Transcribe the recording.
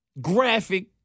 graphic